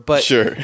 Sure